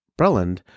Breland